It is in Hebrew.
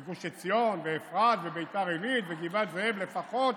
ואת גוש עציון, ואפרת וביתר עילית וגבעת זאב לפחות